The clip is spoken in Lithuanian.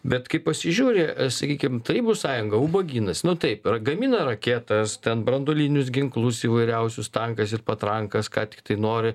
bet kai pasižiūri sakykim tarybų sąjunga ubagynas nu taip yra gamina raketas ten branduolinius ginklus įvairiausius tankas ir patrankas ką tiktai nori